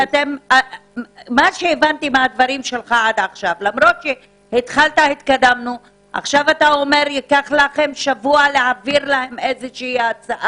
מה התחלת בלהגיד שהתקדמתם ועכשיו אתה אומר שייקח לכם שבוע להעביר הצעה,